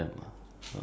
ya